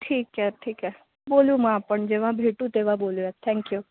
ठीक आहे ठीक आहे बोलू मग आपण जेव्हा भेटू तेव्हा बोलूयात थँक यू